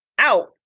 Out